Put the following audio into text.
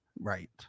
right